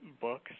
Books